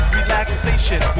relaxation